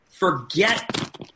Forget